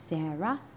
Sarah